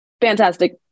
Fantastic